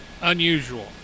unusual